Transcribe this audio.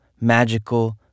magical